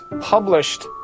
published